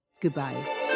Goodbye